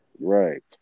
Right